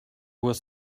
was